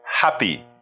happy